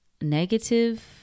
negative